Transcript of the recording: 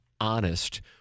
honest